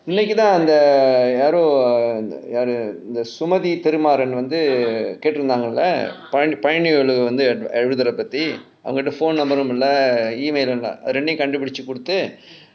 இன்னைக்கு தான் அந்த யாரோ யாரு இந்த:innaiku thaan antha yaaro yaaru intha sumathi thirumaaran வந்து கேட்டு இருந்தாங்க இல்லை:vanthu kaetu irunthaanga illai pioneer pioneer வந்து எழுதுற பற்றி அவங்ககிட்ட:vanthu eluthura patri avngakitta phone number யும் இல்லை:yum illai email யும் இல்லை இரண்டையும் கண்டுபிடிச்சு கொடுத்து:yum illai irandaiyum kandupidichu koduthu